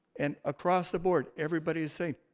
and across the board everybody is saying,